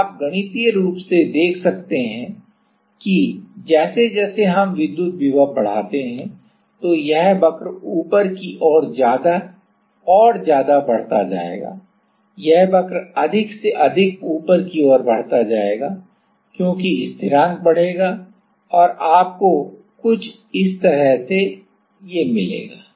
तो आप गणितीय रूप से देख सकते हैं कि जैसे जैसे हम विद्युत विभव बढ़ाते हैं तो यह वक्र ऊपर की ओर ज्यादा और ज्यादा बढ़ता जाएगा यह वक्र अधिक से अधिक ऊपर की ओर बढ़ता जाएगा क्योंकि स्थिरांक बढ़ेगा और आपको कुछ इस तरह मिलेगा